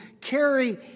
carry